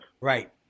Right